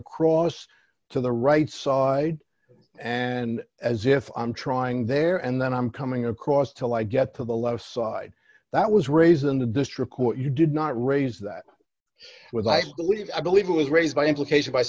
across to the right side and as if i'm trying there and then i'm coming across till i get to the left side that was raised in the district court you did not raise that i would like to believe i believe it was raised by implication by